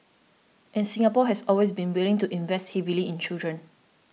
and Singapore has always been willing to invest heavily in children